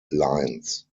lines